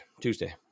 tuesday